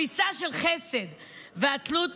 התפיסה של חסד והתלות